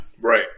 Right